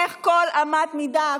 איך כל אמת מידה,